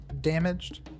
damaged